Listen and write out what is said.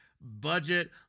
budget